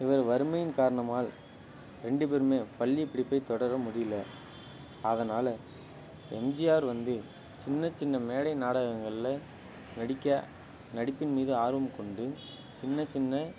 இவர் வறுமையின் காரணமாக ரெண்டு பேருமே பள்ளிப் படிப்பை தொடர முடியில அதனால் எம்ஜிஆர் வந்து சின்ன சின்ன மேடை நாடகங்களில் நடிக்க நடிப்பின் மீது ஆர்வம் கொண்டு சின்னச் சின்ன